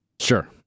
Sure